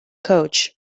coach